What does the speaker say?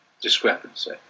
discrepancy